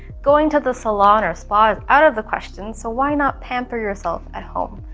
going to the salon or spa is out of the question so why not pamper yourself at home?